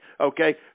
Okay